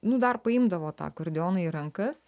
nu dar paimdavo tą akordeoną į rankas